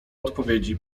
odpowiedzi